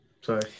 Sorry